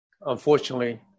unfortunately